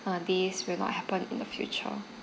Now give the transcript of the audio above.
uh this will not happen in the future